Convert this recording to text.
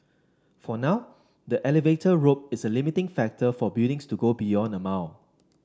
for now the elevator rope is a limiting factor for buildings to go beyond a mile